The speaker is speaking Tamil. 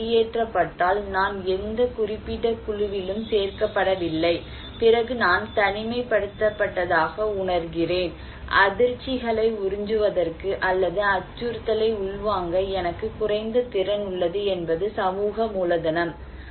நான் வெளியேற்றப்பட்டால் நான் எந்த குறிப்பிட்ட குழுவிலும் சேர்க்கப்படவில்லை பிறகு நான் தனிமைப்படுத்தப்பட்டதாக உணர்கிறேன் அதிர்ச்சிகளை உறிஞ்சுவதற்கு அல்லது அச்சுறுத்தலை உள்வாங்க எனக்கு குறைந்த திறன் உள்ளது என்பது சமூக மூலதனம்